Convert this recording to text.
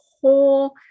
whole